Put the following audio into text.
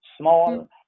small